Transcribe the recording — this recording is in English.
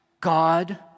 God